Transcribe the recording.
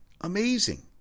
amazing